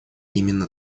именно